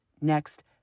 next